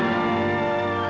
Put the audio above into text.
and